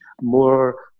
more